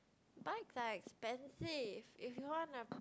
bikes are expensive if you want a